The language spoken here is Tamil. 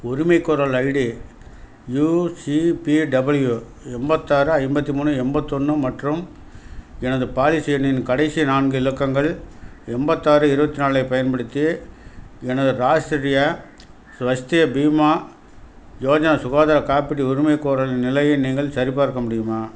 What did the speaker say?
உரிமைகோரல் ஐடி யுசிபிடபிள்யூ எண்பத்தாறு ஐம்பத்தி மூணு எண்பத்தொன்னு மற்றும் எனது பாலிசி எண்ணின் கடைசி நான்கு இலக்கங்கள் எண்பத்தாறு இருபத்து நாலை பயன்படுத்தி எனது ராஷ்டிரிய ஸ்வஸ்திய பீமா யோஜனா சுகாதார காப்பீட்டு உரிமைகோரலின் நிலையை நீங்கள் சரிபார்க்க முடியுமா